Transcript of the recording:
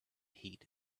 heat